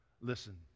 Listen